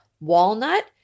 walnut